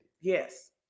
Yes